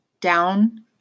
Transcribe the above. down